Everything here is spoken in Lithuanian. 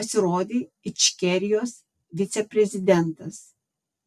pasirodė ičkerijos viceprezidentas